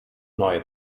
neue